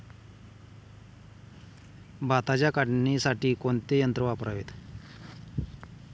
भाताच्या काढणीसाठी कोणते यंत्र वापरावे?